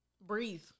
Breathe